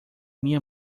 minha